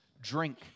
drink